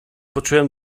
poczułem